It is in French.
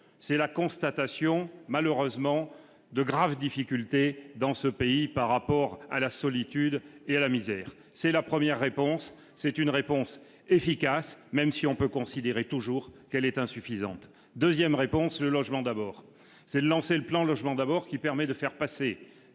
c'est la constatation malheureusement de graves difficultés dans ce pays par rapport à la solitude et à la misère, c'est la première réponse, c'est une réponse efficace, même si on peut considérer toujours qu'elle est insuffisante 2ème réponse : logement, d'abord c'est lancé le plan logement d'abord qui permet de faire passer